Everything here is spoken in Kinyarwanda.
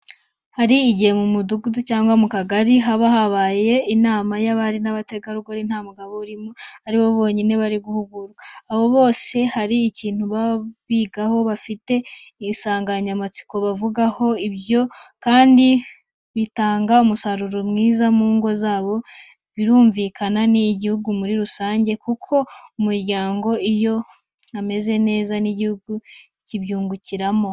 Hari igihe mu mudugudu cyangwa ku kagari usanga habaye inama y'abari n'abategarugori nta mugabo urimo, aribo bonyine bari mu mahugurwa. Abo bose hari ikintu baba bigaho, bafite isanganyamatsiko bavugaho, ibyo kandi bitanga umusaruro mwiza mu ngo zabo, birumvikana n'igihugu muri rusange, kuko mu muryango iyo hameze neza n'igihugu kibyungukiramo.